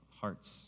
hearts